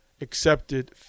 accepted